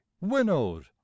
winnowed